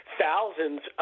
thousands